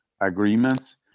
agreements